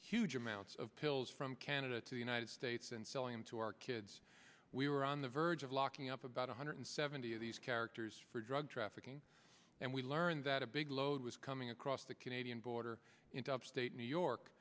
huge amounts of pills from canada to the united states and selling them to our kids we were on the verge of locking up about one hundred seventy of these characters for drug trafficking and we learned that a big load was coming across the canadian border into upstate new york